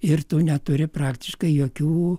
ir tu neturi praktiškai jokių